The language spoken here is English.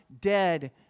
dead